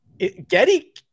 Getty